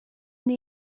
the